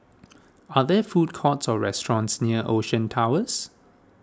are there food courts or restaurants near Ocean Towers